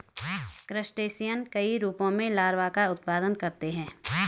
crustacean कई रूपों में लार्वा का उत्पादन करते हैं